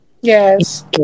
Yes